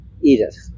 Edith